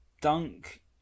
Dunk